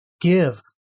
give